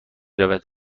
رود